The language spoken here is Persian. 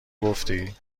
گفتی